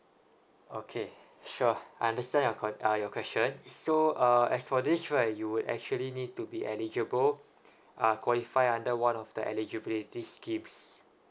okay sure I understand your qu~ uh your question so uh as for this right you would actually need to be eligible uh qualify under one of the eligibility scheme